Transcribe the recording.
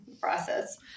process